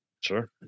Sure